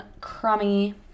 crummy